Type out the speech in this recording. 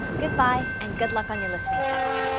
goodbye and good luck on your listening test.